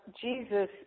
Jesus